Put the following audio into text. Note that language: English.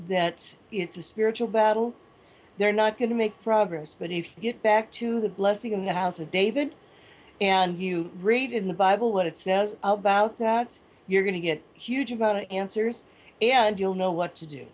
that it's a spiritual battle they're not going to make progress but if you get back to the blessing in the house of david and you read in the bible what it says about that you're going to get huge amount of answers and you'll know what to do